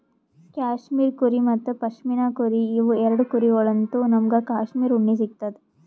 cashmere ಕುರಿ ಮತ್ತ್ ಪಶ್ಮಿನಾ ಕುರಿ ಇವ್ ಎರಡ ಕುರಿಗೊಳ್ಳಿನ್ತ್ ನಮ್ಗ್ ಕ್ಯಾಶ್ಮೀರ್ ಉಣ್ಣಿ ಸಿಗ್ತದ್